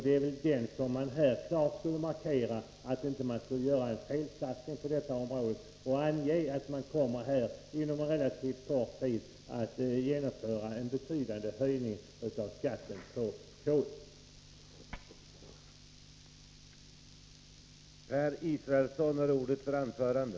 Det är därför som vi anser att det klart bör markeras att en betydande höjning av skatten på kol kommer att genomföras, så att man inte gör en felsatsning på detta område.